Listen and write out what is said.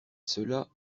cela